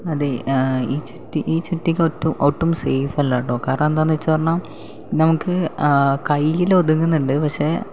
അതെ ഈ ചുറ്റ് ചുറ്റിക ഒട്ടും സൈഫ് ഒട്ടും സൈഫല്ല കേട്ടോ കാരണം എന്താണെന്ന് വെച്ചാൽ കാരണം നമുക്ക് കൈയിൽ ഒതുങ്ങുന്നുണ്ട് പക്ഷേ